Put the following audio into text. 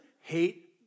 hate